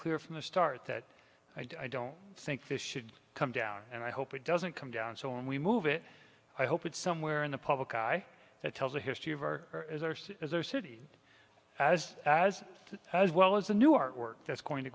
clear from the start that i don't think this should come down and i hope it doesn't come down so when we move it i hope it's somewhere in the public eye that tells the history of our city as as as well as the new artwork that's going to